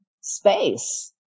space